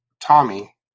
Tommy